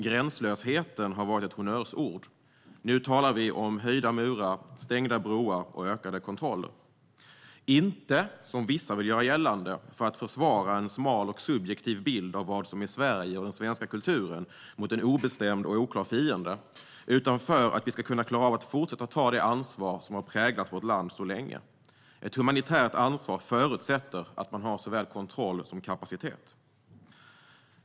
Gränslösheten har varit ett honnörsord. Nu talar vi om höjda murar, stängda broar och ökade kontroller. Det är inte, som vissa vill göra gällande, för att försvara en smal och subjektiv bild av vad som är Sverige och den svenska kulturen mot en obestämd och oklar fiende, utan för att vi ska kunna klara av att fortsätta ta det ansvar som har präglat vårt land så länge. Ett humanitärt ansvar förutsätter att man har såväl kontroll som kapacitet.